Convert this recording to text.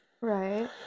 Right